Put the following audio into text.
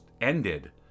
ended